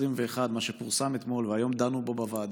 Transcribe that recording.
מה שפורסם אתמול והיום דנו בו בוועדה,